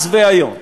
אז והיום,